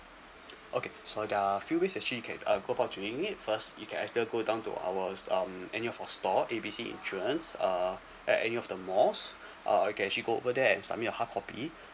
okay so there're few ways actually you can uh go down doing it first you can either go down to our um any of our store A B C insurance uh at any of the malls uh you can actually go over there and submit your hard copy